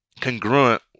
congruent